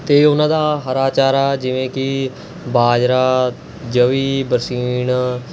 ਅਤੇ ਉਨ੍ਹਾਂ ਦਾ ਹਰਾ ਚਾਰਾ ਜਿਵੇਂ ਕਿ ਬਾਜਰਾ ਜਵੀਂ ਬਰਸੀਨ